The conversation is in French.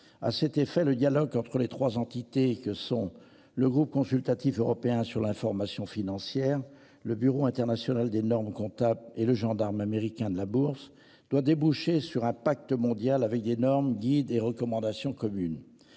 à cet effet, le dialogue entre les 3 entités que sont le groupe consultatif européen sur l'information financière, le Bureau international des normes comptables et le gendarme américain de la bourse doit déboucher sur un pacte mondial avec des normes dit des recommandations communes.